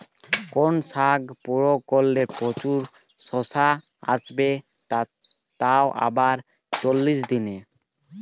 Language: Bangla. কোন সার প্রয়োগ করলে প্রচুর শশা আসবে তাও আবার চল্লিশ দিনে?